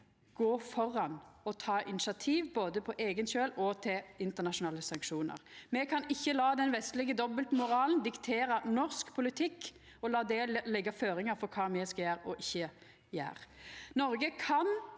gå føre og ta initiativ både på eigen kjøl og til internasjonale sanksjonar. Me kan ikkje la den vestlege dobbeltmoralen diktera norsk politikk og la det leggja føringar for kva me skal gjera og ikkje gjera.